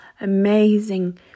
amazing